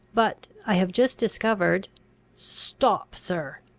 but i have just discovered stop, sir!